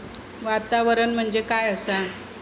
वातावरण म्हणजे काय असा?